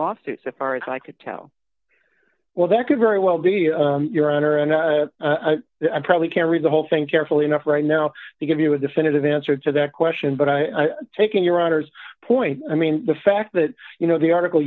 lawsuit so far as i could tell well that could very well be your honor and i probably can't read the whole thing carefully enough right now to give you a definitive answer to that question but i've taken your honor's point i mean the fact that you know the article